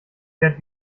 fährt